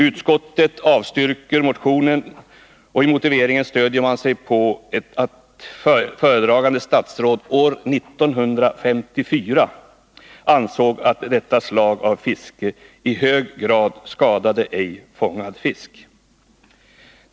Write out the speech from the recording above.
Utskottet avstyrker motionen, och i motiveringen stöder man sig på att ett föredragande statsråd år 1954 ansåg att detta slag av fiske i hög grad skadade ej fångad fisk.